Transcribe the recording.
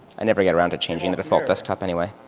i never got around to changing the default desktop anyway.